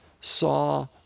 saw